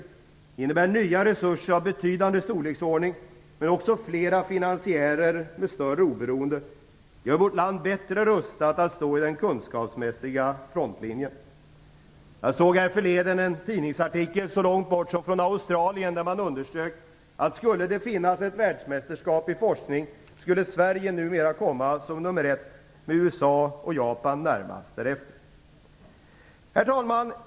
Det innebär nya resurser av betydande storleksordning men också flera finansiärer med större oberoende. Det gör vårt land bättre rustat att stå i den kunskapsmässiga frontlinjen. Jag såg härförleden en tidningsartikel så långt bort som från Australien, där man underströk att skulle det finnas ett världsmästerskap i forskning, skulle Sverige numera komma som nummer ett, med USA och Japan närmast efter. Herr talman!